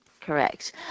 correct